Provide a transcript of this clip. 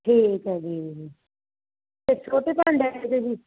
ਠੀਕ ਹੈ ਜੀ ਅਤੇ ਛੋਟੇ ਭਾਂਡਿਆਂ ਦਾ ਜੀ